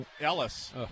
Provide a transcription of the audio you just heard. Ellis